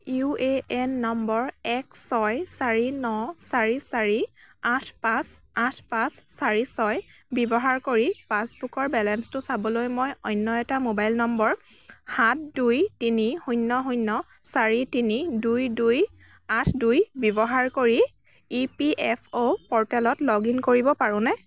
U A N number এক ছয় চাৰি ন চাৰি চাৰি আঠ পাঁচ আঠ পাঁচ চাৰি ছয় ব্যৱহাৰ কৰি পাছবুকৰ বেলেঞ্চটো চাবলৈ মই অন্য এটা মোবাইল নম্বৰ সাত দুই তিনি শূন্য শূন্য চাৰি তিনি দুই দুই আঠ দুই ব্যৱহাৰ কৰি ই পি এফ অ' ' পৰ্টেলত লগ ইন কৰিব পাৰোঁ নে